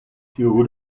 tiu